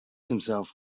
himself